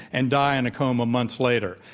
and die in a coma months later,